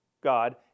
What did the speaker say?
God